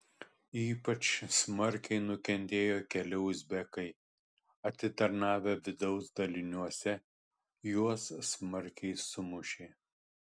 ypač smarkiai nukentėjo keli uzbekai atitarnavę vidaus daliniuose juos smarkiai sumušė